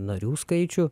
narių skaičių